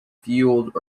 fueled